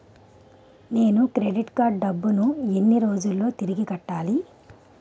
నేను credit card డబ్బును ఎన్ని రోజుల్లో తిరిగి కట్టాలి?